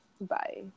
Bye